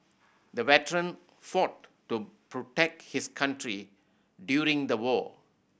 the veteran fought to protect his country during the war